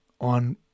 on